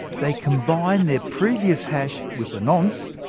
they combine their previous hash with the nonce,